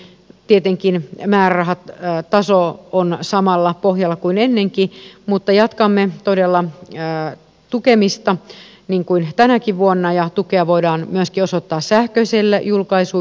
tietenkin määrärahataso on samalla pohjalla kuin ennenkin mutta jatkamme todella tukemista niin kuin tänäkin vuonna ja tukea voidaan myöskin osoittaa sähköisille julkaisuille